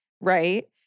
right—